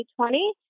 2020